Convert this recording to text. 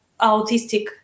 autistic